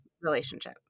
Relationship